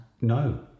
No